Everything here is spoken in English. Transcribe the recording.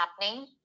happening